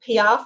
PR